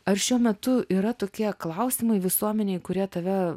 ar šiuo metu yra tokie klausimai visuomenėj kurie tave